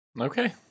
okay